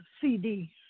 CD